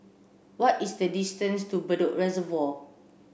what is the distance to Bedok Reservoir